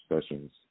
sessions